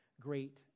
great